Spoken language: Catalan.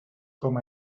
com